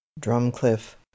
Drumcliff